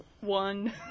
One